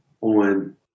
on